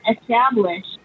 established